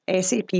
SAP